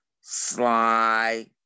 sly